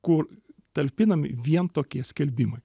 kur talpinami vien tokie skelbimai